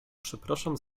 przepraszam